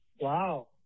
wow